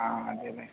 అదేలే